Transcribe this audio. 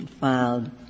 filed